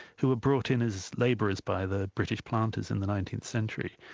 who were brought in as labourers by the british planters in the nineteenth century,